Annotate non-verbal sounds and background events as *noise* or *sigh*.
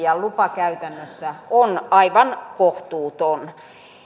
*unintelligible* ja lupakäytännössä on aivan kohtuuton